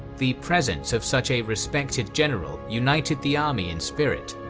the presence of such a respected general united the army in spirit.